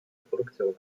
produktionen